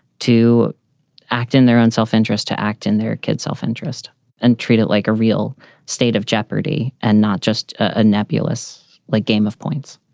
to act in their own self-interest, to act in their kids self-interest and treat it like a real state of jeopardy and not just a nebulous late game of points